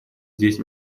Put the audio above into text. здесь